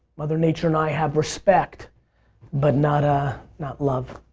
mother nature and i have respect but not ah not love.